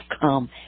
come